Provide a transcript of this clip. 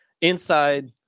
inside